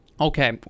okay